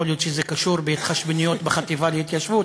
יכול להיות שזה קשור בהתחשבנויות בחטיבה להתיישבות,